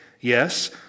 Yes